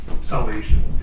salvation